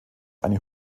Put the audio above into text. eine